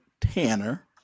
Tanner